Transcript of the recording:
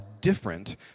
different